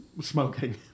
smoking